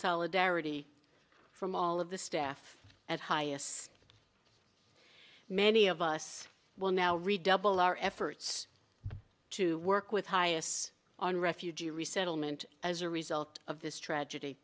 solidarity from all of the staff at highest many of us will now redouble our efforts to work with highest on refugee resettlement as a result of this tragedy